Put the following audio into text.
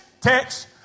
text